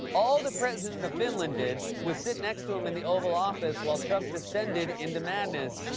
all the president of finland did was sit next to him in the oval office while trump descended into madness,